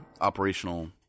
operational